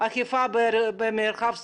אכיפה במרחב סגור?